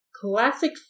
classic